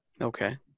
Okay